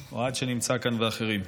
אוהד, שנמצא כאן, ואחרים,